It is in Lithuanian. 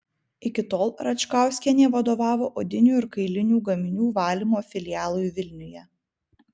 iki tol račkauskienė vadovavo odinių ir kailinių gaminių valymo filialui vilniuje